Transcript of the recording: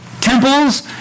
temples